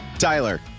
Tyler